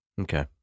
Okay